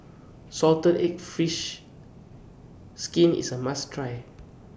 Salted Egg Fried Fish Skin IS A must Try